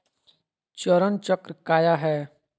चरण चक्र काया है?